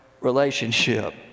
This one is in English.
relationship